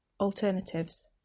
Alternatives